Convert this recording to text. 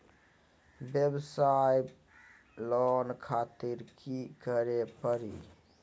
वयवसाय लोन खातिर की करे परी?